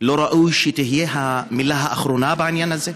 לא ראוי שתהיה המילה האחרונה בעניין הזה?